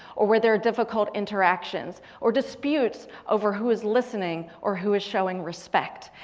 or where there are difficult interactions. or disputes over who is listening or who is showing respect.